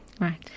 Right